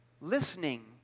Listening